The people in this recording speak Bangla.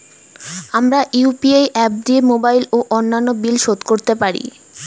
আমরা ইউ.পি.আই অ্যাপ দিয়ে মোবাইল ও অন্যান্য বিল শোধ করতে পারি